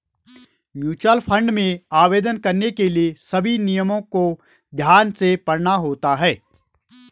mutual fund में आवेदन करने के लिए सभी नियमों को ध्यान से पढ़ना होता है